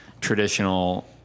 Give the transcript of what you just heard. traditional